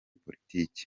politiki